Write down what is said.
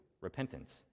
repentance